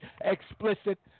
Explicit